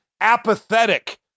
apathetic